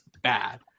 bad